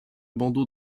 bandeaux